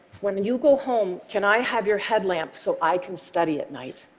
when you go home, can i have your headlamp so i can study at night?